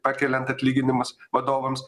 pakeliant atlyginimus vadovams